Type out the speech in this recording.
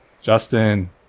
Justin